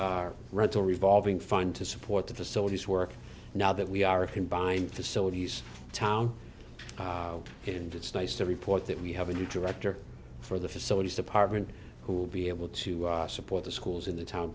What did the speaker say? building rental revolving find to support the facilities work now that we are a combined facilities town and it's nice to report that we have a new director for the facilities department who will be able to support the schools in the town